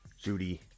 Judy